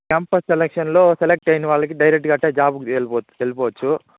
campus సెలక్షన్లో select అయిన వాళ్ళకి డైరెక్ట్గా అటే జాబ్కి వెళ్ళి వెళ్లిపోవచ్చు